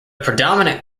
predominant